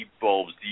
bulbs